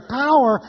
power